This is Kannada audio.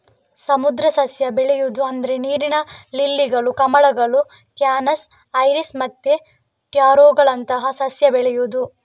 ಸಮುದ್ರ ಸಸ್ಯ ಬೆಳೆಯುದು ಅಂದ್ರೆ ನೀರಿನ ಲಿಲ್ಲಿಗಳು, ಕಮಲಗಳು, ಕ್ಯಾನಸ್, ಐರಿಸ್ ಮತ್ತೆ ಟ್ಯಾರೋಗಳಂತಹ ಸಸ್ಯ ಬೆಳೆಯುದು